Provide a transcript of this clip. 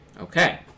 okay